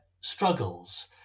struggles